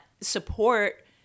support